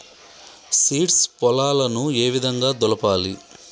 Seeds పొలాలను ఏ విధంగా దులపాలి?